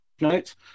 notes